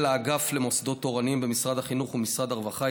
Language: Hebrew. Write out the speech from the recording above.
האגף למוסדות תורניים במשרד החינוך ובמשרד הרווחה,